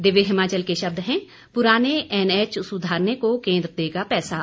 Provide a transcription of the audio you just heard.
दिव्य हिमाचल के शब्द हैं पुराने एनएच सुधारने को केंद्र देगा पैसा